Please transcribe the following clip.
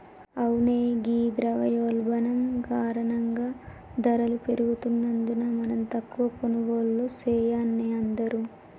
అవునే ఘీ ద్రవయోల్బణం కారణంగా ధరలు పెరుగుతున్నందున మనం తక్కువ కొనుగోళ్లు సెయాన్నే అందరూ